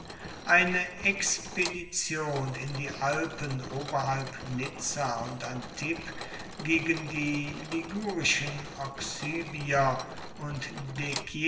eine expedition in die alpen oberhalb nizza und antibes gegen die ligurischen oxybier und